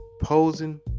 posing